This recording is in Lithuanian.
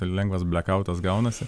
lengvas blekautas gaunasi